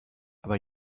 aber